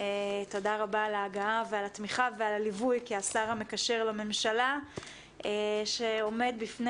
תודה רבה על ההגעה והתמיכה והליווי כשר המקשר לממשלה שעומד בפני